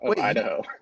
Idaho